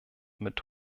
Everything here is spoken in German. mit